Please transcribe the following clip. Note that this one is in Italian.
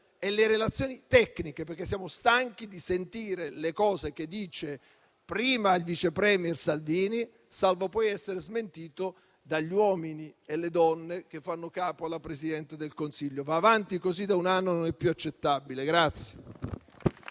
e le relazioni tecniche in queste ore perché siamo stanchi di sentire le cose che dice il vicepremier Salvini, salvo poi essere smentito dagli uomini e le donne che fanno capo alla Presidente del Consiglio. Va avanti così da un anno. Non è più accettabile.